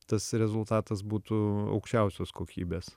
tas rezultatas būtų aukščiausios kokybės